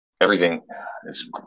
everything—is